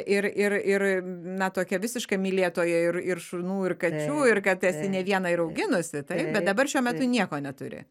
ir ir ir na tokia visiška mylėtoja ir ir šunų ir kačių ir kad esi ne vieną ir auginusi taip bet dabar šiuo metu nieko neturi